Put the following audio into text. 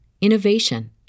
innovation